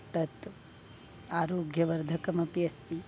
तत् आरोग्यवर्धकमपि अस्ति